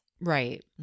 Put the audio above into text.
Right